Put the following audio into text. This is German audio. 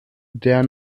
der